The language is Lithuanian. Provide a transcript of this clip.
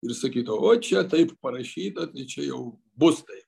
ir sakytų o čia taip parašyta čia jau bus tai